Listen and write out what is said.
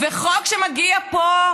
חוק שמגיע לפה,